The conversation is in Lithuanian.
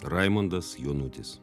raimundas jonutis